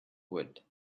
wood